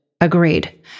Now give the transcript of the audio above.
Agreed